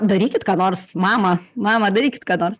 darykit ką nors mama mama darykit ką nors